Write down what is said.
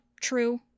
true